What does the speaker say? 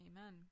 Amen